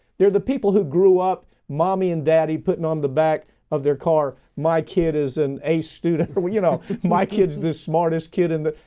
they're the people who grew up mommy and daddy putting on the back of their car, my kid is an a student, or when you know, my kids, the smartest kid in the.